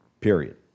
period